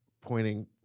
pointing